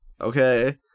okay